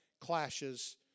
clashes